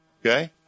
Okay